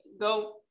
Go